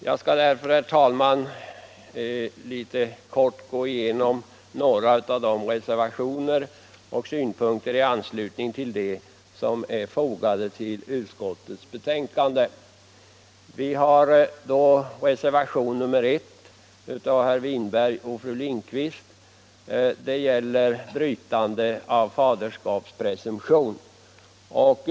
Jag skall, herr talman, kortfattat gå igenom några av de reservationer som är fogade till utskottsbetänkandet och ge synpunkter i anslutning därtill. Reservationen 1 av herr Winberg och fru Lindquist gäller brytande av faderskapspresumtion.